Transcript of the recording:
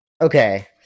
Okay